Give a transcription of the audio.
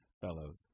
fellows